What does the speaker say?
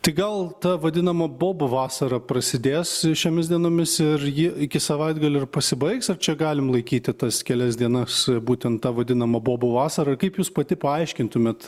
tai gal ta vadinama bobų vasara prasidės šiomis dienomis ir ji iki savaitgalio ir pasibaigs ar čia galim laikyti tas kelias dienas būtent ta vadinama bobų vasara ir kaip jūs pati paaiškintumėt